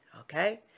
okay